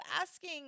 asking